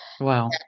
Wow